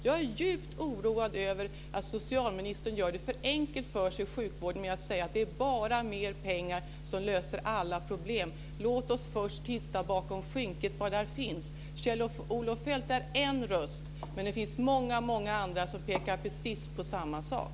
Jag är djupt oroad över att socialministern gör det för enkelt för sig i sjukvården när han säger att det är bara är mer pengar som löser alla problem. Låt oss först titta vad som finns bakom skynket. Kjell-Olof Feldt är en röst. Men det finns många andra som pekar på precis samma sak.